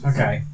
Okay